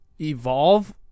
evolve